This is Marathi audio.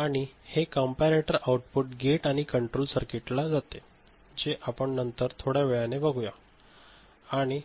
आणि हे कॅम्परेटोर आउटपुट गेट आणि कंट्रोल सर्किटवरला जाते जे आपण नंतर थोड्या वेळाने बघूया आणि